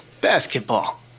Basketball